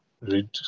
read